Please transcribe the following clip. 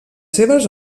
seves